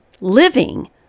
living